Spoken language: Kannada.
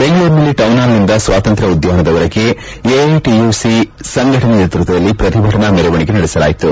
ಬೆಂಗಳೂರಿನಲ್ಲಿ ಟೌನ್ಹಾಲ್ ನಿಂದ ಸ್ವಾತಂತ್ರ್ಯ ಉದ್ದಾನದವರೆಗೂ ಎಐಟಿಯುಸಿ ಸಂಘಟನೆ ನೇತೃತ್ವದಲ್ಲಿ ಪ್ರತಿಭಟನಾ ಮೆರವಣಿಗೆ ನಡೆಸಲಾಯಿತು